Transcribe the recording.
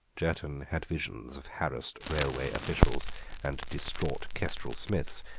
jerton had visions of harassed railway officials and distraught kestrel smiths,